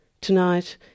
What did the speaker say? Tonight